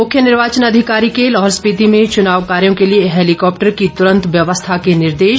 मुख्य निर्वाचन अधिकारी के लाहौल स्पीति में चुनाव कार्यो के लिए हैलीकॉप्टर की तुरंत व्यवस्था के निर्देश